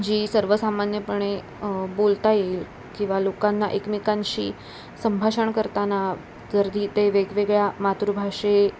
जी सर्वसामान्यपणे बोलता येईल किंवा लोकांना एकमेकांशी संभाषण करताना जर ती ते वेगवेगळ्या मातृभाषे